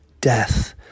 death